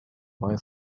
boy